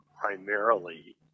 primarily